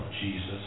Jesus